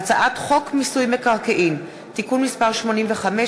הצעת חוק מיסוי מקרקעין (תיקון מס' 85),